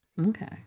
okay